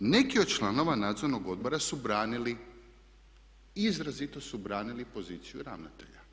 Neki od članova Nadzornog odbora su branili, izrazito su branili poziciju ravnatelja.